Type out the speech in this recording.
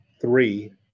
three